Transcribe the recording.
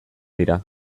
dira